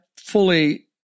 fully